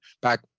Back